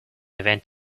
event